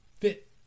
fit